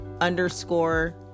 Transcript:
underscore